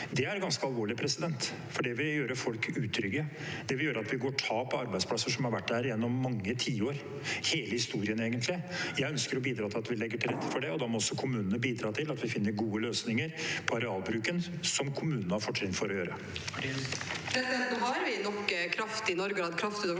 Det er ganske alvorlig, for det vil gjøre folk utrygge. Det vil gjøre at vi får tap av arbeidsplasser som har vært der gjennom mange tiår – hele historien, egentlig. Jeg ønsker å bidra til at vi legger til rette for det, og da må også kommunene bidra til at vi finner gode løsninger når det gjelder arealbruken, som kommunene har fortrinn for å gjøre.